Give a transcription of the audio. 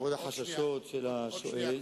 בניגוד לחששות של השואל.